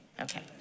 okay